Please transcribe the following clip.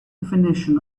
definition